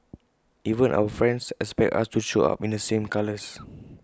even our friends expect us to show up in the same colours